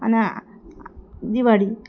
आणि दिवाळी